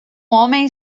homem